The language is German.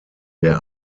der